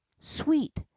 sweet